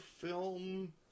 film